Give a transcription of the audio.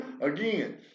again